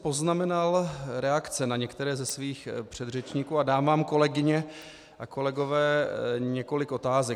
Poznamenal jsem si reakce některých svých předřečníků a dám vám, kolegyně a kolegové, několik otázek.